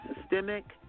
systemic